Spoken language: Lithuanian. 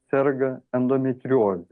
serga endometrioze